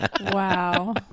wow